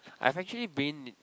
I've actually been